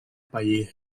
paller